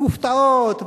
הכופתאות,